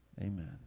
Amen